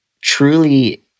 truly